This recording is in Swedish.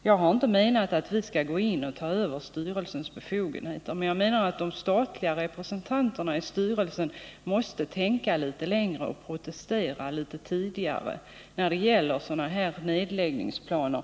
Jag har inte menat att vi skall gå in och ta över styrelsens befogenheter, men de statliga representanterna i styrelsen måste tänka litet längre och protestera litet tidigare när det gäller sådana här nedläggningsplaner.